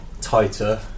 tighter